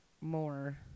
more